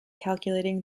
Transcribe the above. calculating